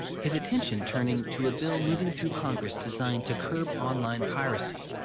his attention turning to a bill moving through congress designed to curb online piracy.